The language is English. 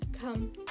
come